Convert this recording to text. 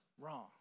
wrong